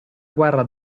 guerra